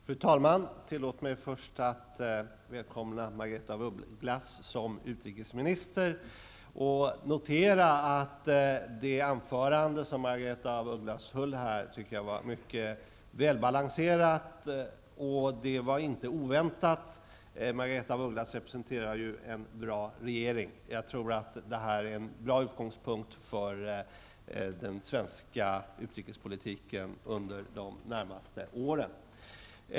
Fru talman! Tillåt mig först att välkomna Margaretha af Ugglas som utrikesminister. Jag noterar att det anförande hon höll här var mycket väl balanserat. Det var inte oväntat. Margaretha af Ugglas representerar en bra regering. Jag tror att detta är en bra utgångspunkt för den svenska utrikespolitiken under de närmaste åren.